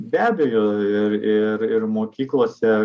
be abejo ir ir ir mokyklose